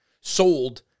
sold